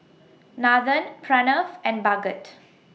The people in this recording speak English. Nathan Pranav and Bhagat